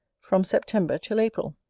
from september till april.